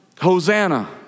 Hosanna